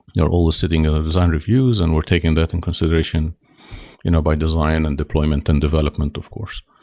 you're always sitting in the design reviews and we're taking that in consideration you know by design and deployment and development, of course.